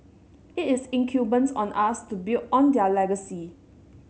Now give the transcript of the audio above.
it is incumbent on us to build on their legacy